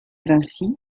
vinci